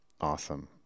Awesome